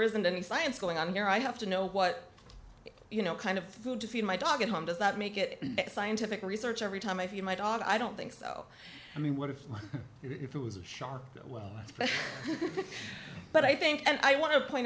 isn't any science going on here i have to know what you know kind of food to feed my dog at home does that make it a scientific research every time i feed my dog i don't think so i mean what if it was a shark that well but i think and i want to point